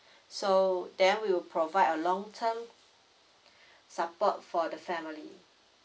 so then we'll provide a long term support for the family